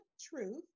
truth